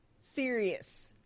Serious